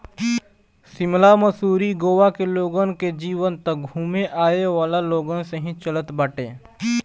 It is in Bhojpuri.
शिमला, मसूरी, गोवा के लोगन कअ जीवन तअ घूमे आवेवाला लोगन से ही चलत बाटे